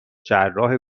جراح